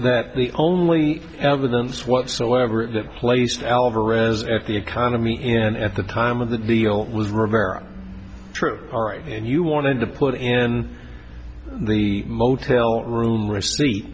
that the only evidence whatsoever that placed alvarez at the economy and at the time of the deal was rivera true and you wanted to put in the motel room receipt